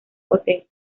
hotel